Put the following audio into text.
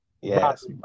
yes